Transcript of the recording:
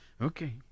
Okay